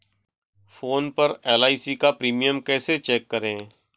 Phone पर एल.आई.सी का premium कैसे चेक करें?